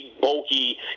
bulky